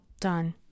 done